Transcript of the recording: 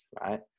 right